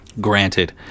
Granted